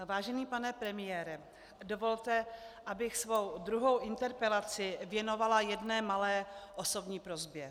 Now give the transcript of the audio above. Vážený pane premiére, dovolte, abych svou druhou interpelaci věnovala jedné malé osobní prosbě.